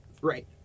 Right